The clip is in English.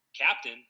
captain